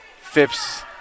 Phipps